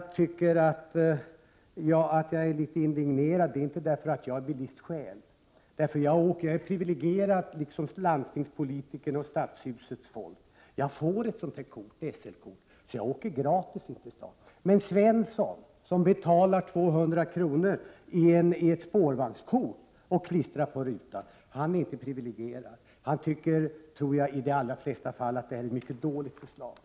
Orsaken till att jag är litet indignerad är inte att jag är bilist själv, eftersom jag är privilegierad, liksom landstingsoch kommunalpolitiker. Jag får ett SL-kort och kan således åka gratis. Men Medelsvensson, som betalar 200 kr. för ett SL-kort som skall klistras på rutan, är inte privilegierad. Jag tror att han i de allra flesta fall tycker att förslaget är mycket dåligt.